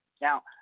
Now